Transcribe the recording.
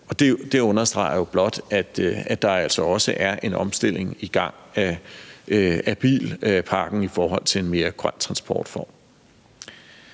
det understreger jo blot, at der altså også er en omstilling af bilparken i gang i forhold til en mere grøn transportform.